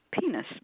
penis